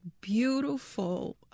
beautiful